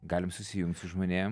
galim susijungt su žmonėm